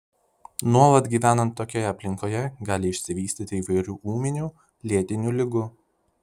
nuolat gyvenant tokioje aplinkoje gali išsivystyti įvairių ūminių lėtinių ligų